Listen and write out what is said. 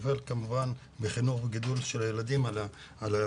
וכמובן שהנטל של חינוך הילדים וגידולם נופל על האישה.